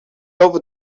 over